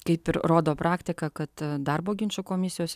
kaip ir rodo praktika kad darbo ginčų komisijos